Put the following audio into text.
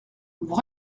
vous